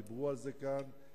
דיברו על זה כאן.